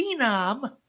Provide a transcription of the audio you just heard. phenom